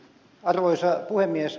arvoisa puhemies